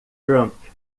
trump